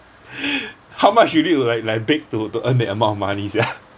how much you need to like like big to to earn that amount of money sia